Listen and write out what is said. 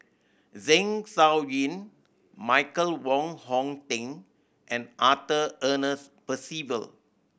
Zeng Shouyin Michael Wong Hong Teng and Arthur Ernest Percival